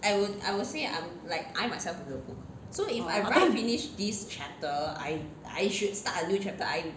orh how come